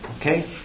Okay